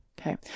Okay